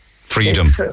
Freedom